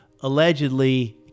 allegedly